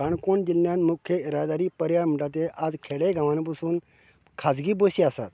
काणकोण जिल्ल्यांत मुख्य येरादारी पर्याय म्हण्टा तें आयज खेडे गावांनी पसून खाजगी बसी आसात